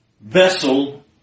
vessel